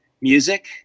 music